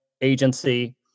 agency